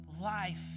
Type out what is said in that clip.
life